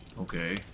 Okay